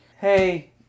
Hey